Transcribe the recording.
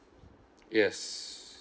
yes